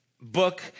book